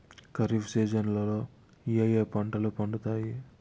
ఖరీఫ్ సీజన్లలో ఏ ఏ పంటలు పండుతాయి